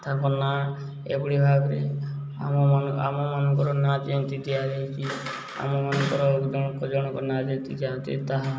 ତାଙ୍କ ନାଁ ଏଭଳି ଭାବରେ ଆମ ଆମମାନଙ୍କର ନାଁ ଯେମିତି ଦିଆଯାଇଛି ଆମମାନଙ୍କର ଜଣକ ଜଣଙ୍କ ନାଁ ଯେମିତି ଦିଆଯାଏ ତାହା